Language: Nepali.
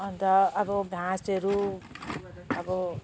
अन्त अब घाँसहरू अब